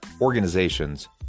organizations